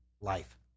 life